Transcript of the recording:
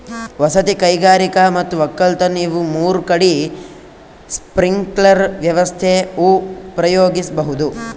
ವಸತಿ ಕೈಗಾರಿಕಾ ಮತ್ ವಕ್ಕಲತನ್ ಇವ್ ಮೂರ್ ಕಡಿ ಸ್ಪ್ರಿಂಕ್ಲರ್ ವ್ಯವಸ್ಥೆ ಉಪಯೋಗಿಸ್ಬಹುದ್